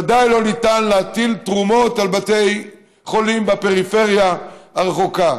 וודאי לא ניתן להטיל תרומות על בתי חולים בפריפריה הרחוקה.